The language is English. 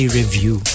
review